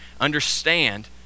understand